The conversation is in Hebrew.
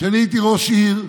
כשאני הייתי ראש עיר,